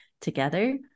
together